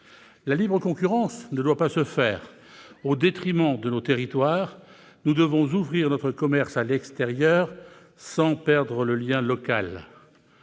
La libre concurrence ne doit pas se faire au détriment de nos territoires ! Nous devons ouvrir notre commerce à l'extérieur, sans perdre le lien local.